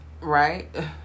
right